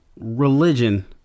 Religion